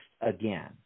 again